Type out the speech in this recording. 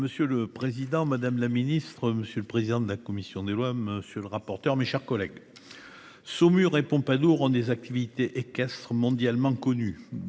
Monsieur le président, madame la ministre, monsieur le président de la commission des lois. Monsieur le rapporteur. Mes chers collègues. Saumur et Pompadour ont des activités équestres mondialement connu